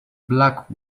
black